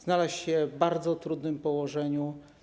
Znalazł się w bardzo trudnym położeniu.